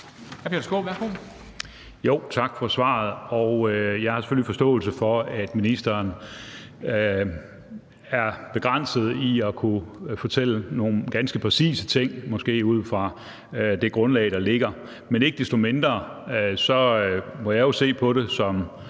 Jeg har selvfølgelig forståelse for, at ministeren er begrænset i at kunne fortælle nogle ganske præcise ting, måske ud fra det grundlag, der ligger, men ikke desto mindre må jeg se på det som